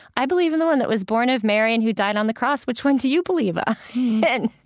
i believe in the one that was born of mary and who died on the cross. which one do you believe ah in?